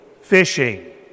fishing